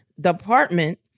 department